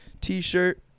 T-shirt